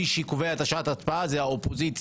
מי שקובע את שעת ההצבעה זה האופוזיציה.